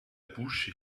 bouché